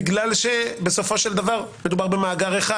בגלל שבסופו של דבר מדובר במאגר אחד,